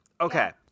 Okay